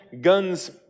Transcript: guns